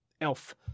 Elf